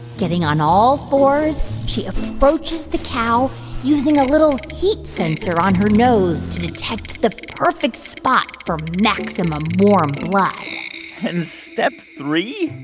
getting on all fours, she approaches the cow using a little heat sensor on her nose to detect the perfect spot for maximum warm blood like and step three?